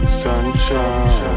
sunshine